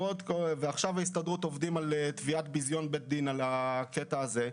ועכשיו בהסתדרות עובדים על תביעת ביזיון בית דין על הנושא הזה.